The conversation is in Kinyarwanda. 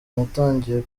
natangiye